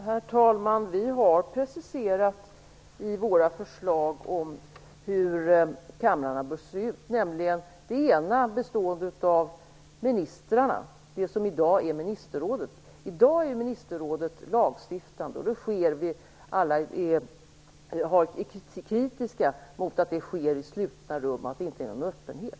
Herr talman! Vi har i våra förslag preciserat hur kamrarna bör se ut. Den ena kammaren består av ministrarna, dvs. det som i dag är ministerrådet. I dag är ministerrådet lagstiftande, och alla är mycket kritiska mot att det sker i slutna rum och att det inte är någon öppenhet.